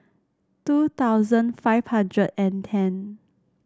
two thousand five hundred and ten